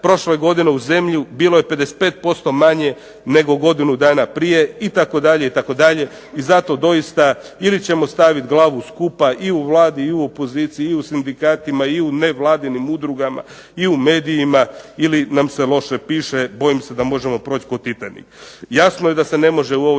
prošle godine u zemlju bilo je 55% manje nego godinu dana prije itd., itd. i zato doista ili ćemo stavit glavu skupa i u Vladi i u opoziciji i u sindikatima i u nevladinim udrugama i u medijima ili nam se loše piše. Bojim se da možemo proći kao Titanic. Jasno je da se ne može u ovoj